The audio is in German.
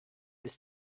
ist